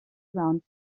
around